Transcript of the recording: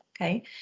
Okay